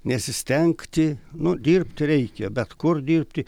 nesistengti nu dirbti reikia bet kur dirbti